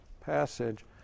passage